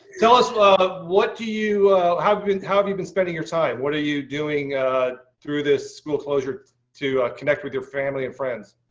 tell us ah what do you have been? how have you been spending your time? what are you doing ah through this school closure to connect with your family and friends?